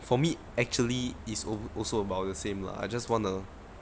for me actually is al~ also about the same lah I just want to